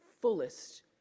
fullest